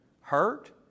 hurt